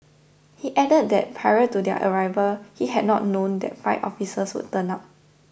he added that prior to their arrival he had not known that five officers would turn up